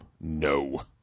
No